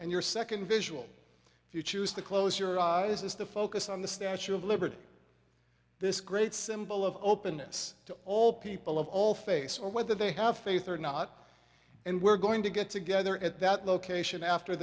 and your second visual if you choose to close your eyes is to focus on the statue of liberty this great symbol of openness to all people of all face or whether they have faith or not and we're going to get together at that location after